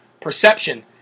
Perception